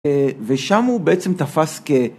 ושם הוא בעצם תפס כ...